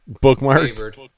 Bookmark